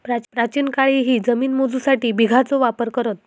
प्राचीन काळीही जमिनी मोजूसाठी बिघाचो वापर करत